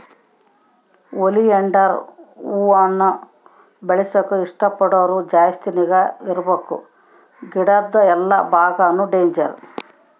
oleander ಹೂವಾನ ಬೆಳೆಸಾಕ ಇಷ್ಟ ಪಡೋರು ಜಾಸ್ತಿ ನಿಗಾ ಇರ್ಬಕು ಗಿಡುದ್ ಎಲ್ಲಾ ಬಾಗಾನು ಡೇಂಜರ್